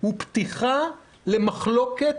הוא פתיחה למחלוקת,